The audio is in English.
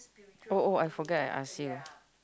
oh oh I forgot I asked you